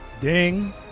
ding